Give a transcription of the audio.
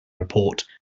report